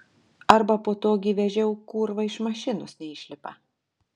arba po to gi vežiau kurva iš mašinos neišlipa